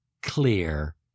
Clear